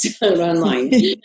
online